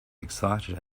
excited